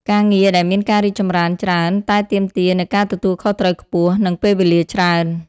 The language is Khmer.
ការងារដែលមានការរីកចម្រើនច្រើនតែទាមទារនូវការទទួលខុសត្រូវខ្ពស់ និងពេលវេលាច្រើន។